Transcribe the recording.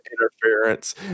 interference